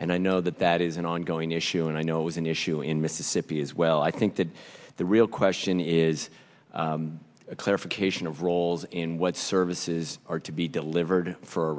and i know that that is an ongoing issue and i know it was an issue in mississippi as well i think that the real question is a clarification of roles in what services are to be delivered for